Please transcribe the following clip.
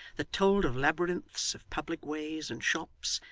that told of labyrinths of public ways and shops,